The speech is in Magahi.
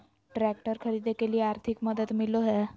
ट्रैक्टर खरीदे के लिए आर्थिक मदद मिलो है?